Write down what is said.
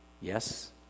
Yes